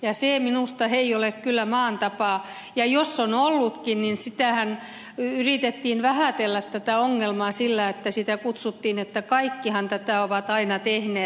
minusta se ei ole kyllä maan tapa ja jos on ollutkin niin tätä ongelmaahan yritettiin vähätellä sillä kun sanottiin että kaikkihan tätä ovat aina tehneet